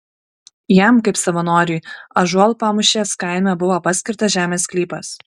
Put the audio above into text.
jam kaip savanoriui ąžuolpamūšės kaime buvo paskirtas žemės sklypas